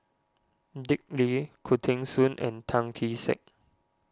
Dick Lee Khoo Teng Soon and Tan Kee Sek